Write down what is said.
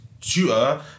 tutor